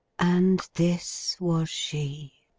and this was she,